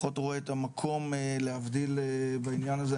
פחות רואה את המקום להבדיל בעניין הזה,